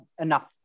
enough